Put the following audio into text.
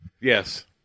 Yes